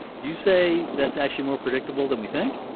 you say that's actually more predictable than we think.